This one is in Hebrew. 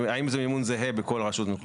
האם זה מימון זהה בכל רשות מקומית?